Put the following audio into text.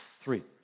Three